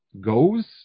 goes